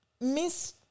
miss